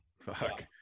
Fuck